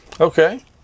okay